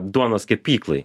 duonos kepyklai